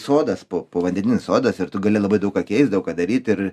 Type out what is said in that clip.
sodas po povandeninis sodas ir tu gali labai daug ką keist daug ką daryt ir